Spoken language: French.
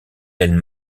elle